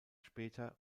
später